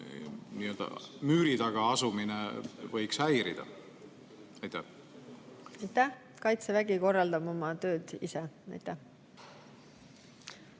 müüri taga asumine ehk häirida? Aitäh! Kaitsevägi korraldab oma tööd ise. Aitäh!